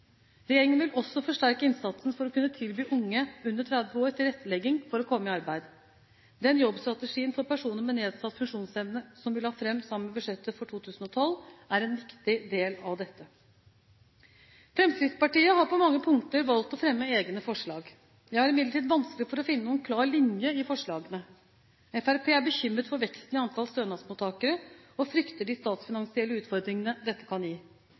Regjeringen vil også forsterke innsatsen for å kunne tilby unge under 30 år tilrettelegging for å komme i arbeid. Den jobbstrategien for personer med nedsatt funksjonsevne som vi la fram sammen med budsjettet for 2012, er en viktig del av dette. Fremskrittspartiet har på mange punkter valgt å fremme egne forslag. Jeg har imidlertid vanskelig for å finne noen klar linje i forslagene. Fremskrittspartiet er bekymret for veksten i antall stønadsmottakere og frykter de statsfinansielle utfordringene dette kan gi.